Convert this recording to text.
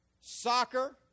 Soccer